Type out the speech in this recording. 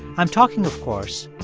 i'm talking, of course,